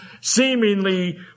seemingly